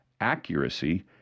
accuracy